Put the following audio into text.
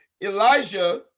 Elijah